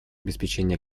обеспечения